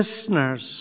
listeners